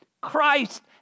Christ